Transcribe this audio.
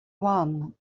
one